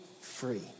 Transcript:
free